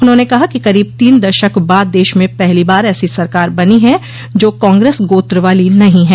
उन्होंने कहा कि करीब तीन दशक बाद देश में पहली बार ऐसी सरकार बनी है जो कांग्रेस गोत्र वाली नहीं है